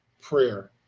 prayer